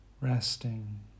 Resting